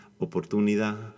oportunidad